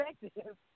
perspective